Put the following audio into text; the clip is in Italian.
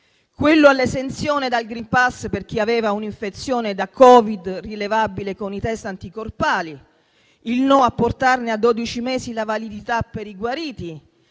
quello all'esenzione dal *green pass* per chi aveva avuto un'infezione da Covid rilevabile con i *test* anticorpali; il no a portarne a dodici mesi la validità per i guariti,